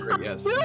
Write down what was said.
Yes